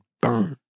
burn